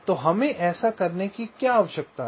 तो हमें ऐसा करने की क्या आवश्यकता है